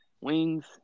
wings